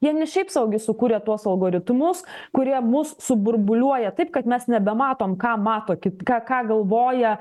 jie ne šiaip sau sukūrė tuos algoritmus kurie mus suburbuliuoja taip kad mes nebematom ką mato kit ką ką galvoja